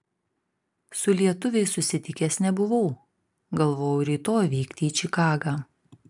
su lietuviais susitikęs nebuvau galvoju rytoj vykti į čikagą